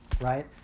right